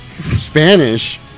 Spanish